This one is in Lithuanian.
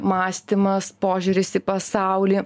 mąstymas požiūris į pasaulį